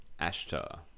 Ashtar